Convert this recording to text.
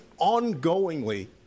ongoingly